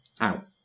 out